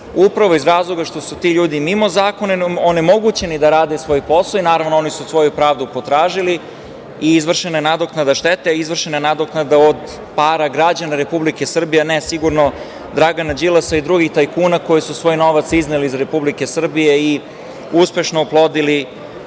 Upravo iz razloga što su ti ljudi mimo zakona onemogućeni da rade svoj posao, i naravno, oni su svoju pravdu potražili i izvršena je nadoknada štete, izvršena je nadoknada od para građana Republike Srbije, a ne sigurno od Dragana Đilasa i drugih tajkuna koji su svoj novac izneli iz Republike Srbije i uspešno oplodili